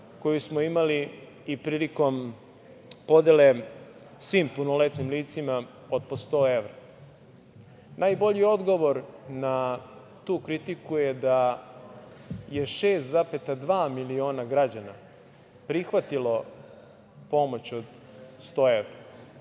koju smo imali i prilikom podele svim punoletnim licima od po 100 evra. Najbolji odgovor na tu kritiku je da je 6,2 miliona građana prihvatilo pomoć od 100 evra